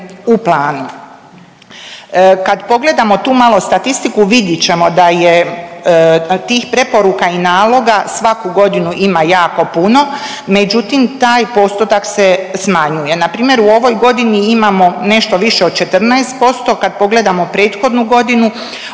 u planu. Kad pogledamo tu malo statistiku vidit ćemo da je tih preporuka i naloga svaku godinu ima jako puno, međutim taj postotak se smanjuje. Npr. u ovoj godini imamo nešto više od 14%, kad pogledamo prethodnu godinu